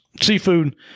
Seafood